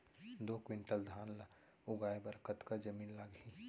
दो क्विंटल धान ला उगाए बर कतका जमीन लागही?